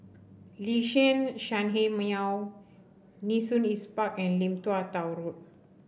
Liuxun Sanhemiao Nee Soon East Park and Lim Tua Tow Road